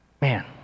Man